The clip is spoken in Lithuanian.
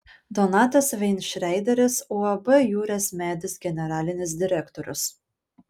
donatas veinšreideris uab jūrės medis generalinis direktorius